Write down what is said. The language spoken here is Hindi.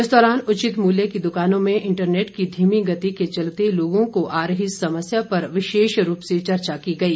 इस दौरान उचित मूल्य की दुकानों में इंटरनेट की धीमी गति के चलते लोगों को आ रही समस्या पर विशेष रूप से चर्चा की गई